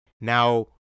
Now